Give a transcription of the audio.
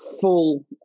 full